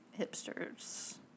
hipsters